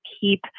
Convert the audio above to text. keep